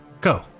Go